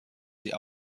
sie